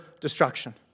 destruction